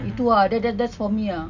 itu ah that that that's for me ah